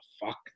fuck